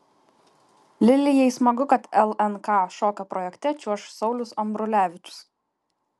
lilijai smagu kad lnk šokio projekte čiuoš saulius ambrulevičius